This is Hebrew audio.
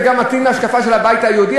זה גם מתאים להשקפה של הבית היהודי,